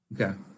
Okay